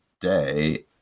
day